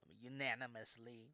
unanimously